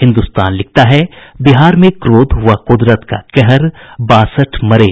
हिन्दुस्तान लिखता है बिहार में क्रोध व कुदरत का कहर बासठ मरे